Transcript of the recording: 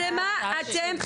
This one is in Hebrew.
אז למה אתם,